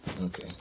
Okay